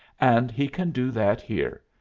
and he can do that here.